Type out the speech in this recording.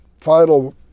final